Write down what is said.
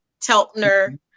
Teltner